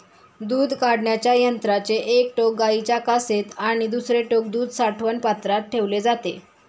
दूध काढण्याच्या यंत्राचे एक टोक गाईच्या कासेत आणि दुसरे टोक दूध साठवण पात्रात ठेवले जाते